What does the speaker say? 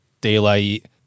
daylight